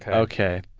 ah ok.